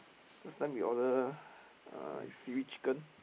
last time we order uh seaweed chicken